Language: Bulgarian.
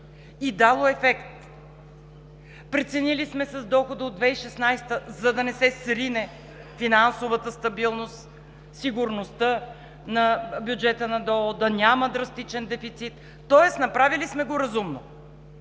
е дало е ефект. Преценили сме с дохода от 2016 г., за да не се срине финансовата стабилност и сигурността на бюджета на ДОО, да няма драстичен дефицит. Тоест направили сме го разумно.